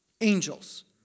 angels